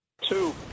Two